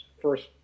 first